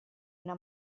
una